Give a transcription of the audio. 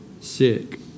sick